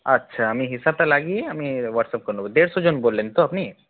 আচ্ছা আমি হিসাবটা করে আমি হোয়াটসঅ্যাপ করে দেব দেড়শো জন বললেন তো আপনি